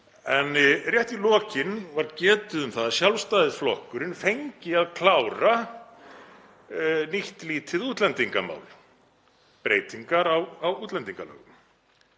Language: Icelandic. en rétt í lokin var getið um það að Sjálfstæðisflokkurinn fengi að klára nýtt lítið útlendingamál, breytingar á útlendingalögum.